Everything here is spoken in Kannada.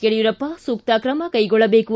ಯಡಿಯೂರಪ್ಪ ಸೂಕ್ತ ಕ್ರಮ ಕೈಗೊಳ್ಳಬೇಕು